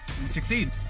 succeed